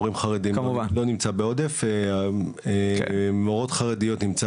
מורים חרדים לא נמצא בעודף, מורות חרדיות נמצא